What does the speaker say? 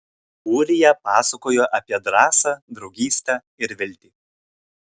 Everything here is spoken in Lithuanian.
ūrija pasakojo apie drąsą draugystę ir viltį